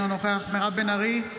אינו נוכח מירב בן ארי,